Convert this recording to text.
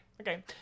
Okay